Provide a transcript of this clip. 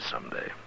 someday